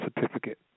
certificate